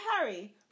Harry